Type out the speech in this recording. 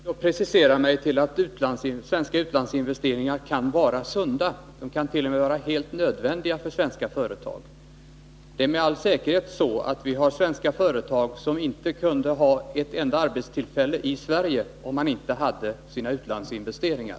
Herr talman! Får jag då precisera mig till att svenska utlandsinvesteringar kan vara sunda. De kan t.o.m. vara helt nödvändiga för svenska företag. Det är med all säkerhet så, att det finns svenska företag som inte skulle ha ett enda arbetstillfälle i Sverige, om man inte hade sina utlandsinvesteringar.